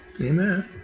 Amen